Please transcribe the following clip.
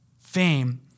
fame